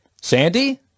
Sandy